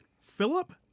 Philip